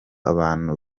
abantu